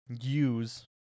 use